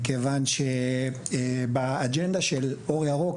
מכיוון שבאג'נדה של אור ירוק,